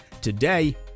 today